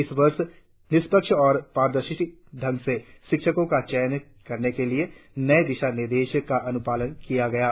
इस वर्ष निष्पक्ष और पारदर्शी ढंग से शिक्षकों का चयन करने के लिए नये दिशा निर्देशों का अनुपालन किया गया है